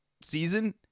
season